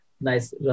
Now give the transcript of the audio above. nice